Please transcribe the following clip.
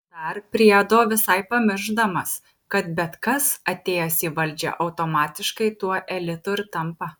dar priedo visai pamiršdamas kad bet kas atėjęs į valdžią automatiškai tuo elitu ir tampa